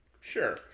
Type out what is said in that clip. Sure